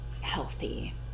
healthy